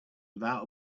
without